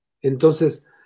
entonces